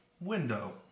Window